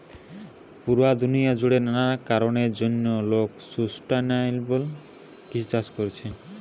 পুরা দুনিয়া জুড়ে নানা কারণের জন্যে লোক সুস্টাইনাবল কৃষি চাষ কোরছে